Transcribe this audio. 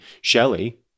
Shelley